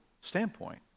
standpoint